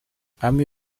amy